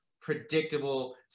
predictable